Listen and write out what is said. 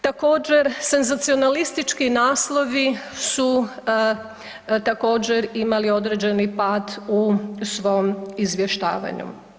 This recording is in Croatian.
Također senzacionalistički naslovi su također imali određeni pad u svom izvještavanju.